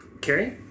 Carrie